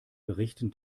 berichten